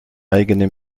eigene